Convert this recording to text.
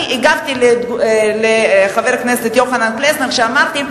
אני הגבתי על דברי חבר הכנסת יוחנן פלסנר ואמרתי: